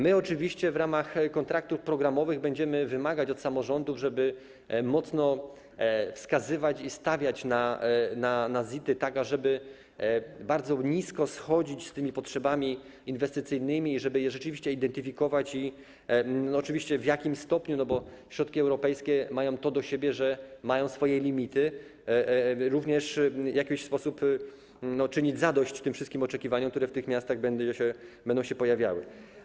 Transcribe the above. My oczywiście w ramach kontraktów programowych będziemy wymagać od samorządów, żeby mocno wskazywać i stawiać na ZIT-y, tak żeby bardzo nisko schodzić z tymi potrzebami inwestycyjnymi, żeby je rzeczywiście identyfikować, oczywiście w jakimś stopniu, bo środki europejskie mają to do siebie, że mają swoje limity, również w jakiś sposób czynić zadość tym wszystkim oczekiwaniom, które w tych miastach będą się pojawiały.